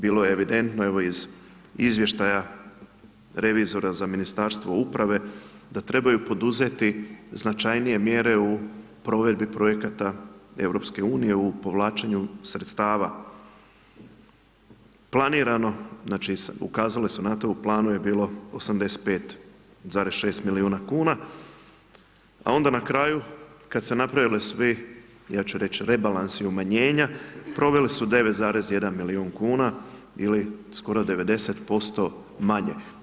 Bilo je evidentno evo, iz izvještaja revizora za Ministarstvo uprave, da trebaju poduzeti značajnije mjere u provedbi projekata EU u povlačenju sredstava planirano, znači, ukazali su na to, u planu je bilo 85,6 milijuna kuna, a onda na kraju, kad se napravili svi, ja ću reći rebalansi umanjenja, proveli su 9,1 milijun kuna ili skoro, 90% manje.